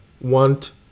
want